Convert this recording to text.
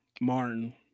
Martin